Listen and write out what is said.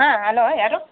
ಹಾಂ ಅಲೋ ಯಾರು